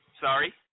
Sorry